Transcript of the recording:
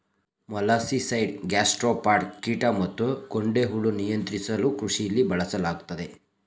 molluscicide gastropod ಕೀಟ ಮತ್ತುಗೊಂಡೆಹುಳು ನಿಯಂತ್ರಿಸಲುಕೃಷಿಲಿ ಬಳಸಲಾಗ್ತದೆ